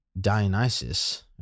Dionysus